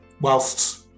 whilst